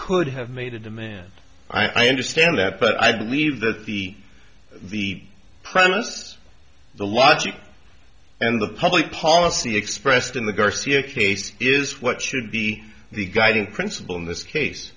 could have made a demand i understand that but i believe that the the premise the logic and the public policy expressed in the garcia case is what should be the guiding principle in this case